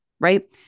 right